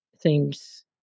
seems